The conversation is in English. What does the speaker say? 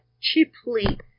cheaply